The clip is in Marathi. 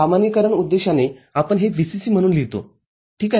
सामान्यीकरण उद्देशाने आपण हे VCC म्हणून लिहितो ठीक आहे